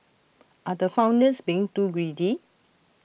are the founders being too greedy